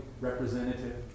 representative